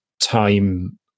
time